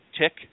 tick